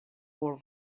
por